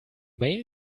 male